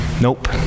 Nope